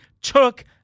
took